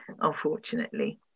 unfortunately